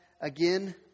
again